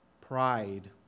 pride